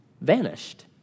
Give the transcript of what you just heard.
vanished